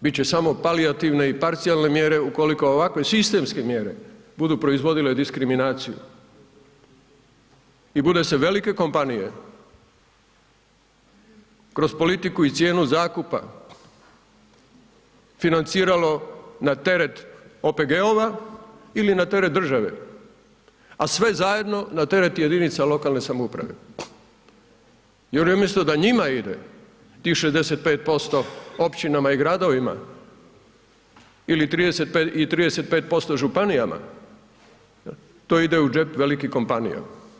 bit će samo palijativne i parcijalne mjere ukoliko ovakve sistemske mjere budu proizvodile diskriminaciju i bude se velike kompanije kroz politiku i cijenu zakupa, financiralo na teret OPG-ova ili na teret države, a sve zajedno na teret jedinica lokalne samouprave i on je mislio da njima ide tih 65% općinama i gradovima i 35% županijama, to ide u džep veliki kompanija.